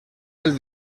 del